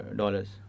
dollars